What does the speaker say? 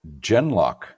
Genlock